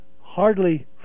hardly